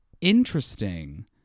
interesting